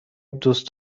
دوست